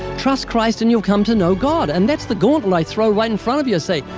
trust christ, and you'll come to know god. and that's the gauntlet i throw right in front of you. i say,